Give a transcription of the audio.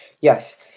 Yes